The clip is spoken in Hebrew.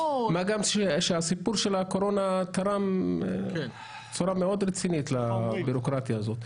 מה גם שהסיפור של הקורונה תרם בצורה מאוד רצינית לבירוקרטיה הזאת.